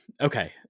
okay